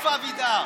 איפה אבידר?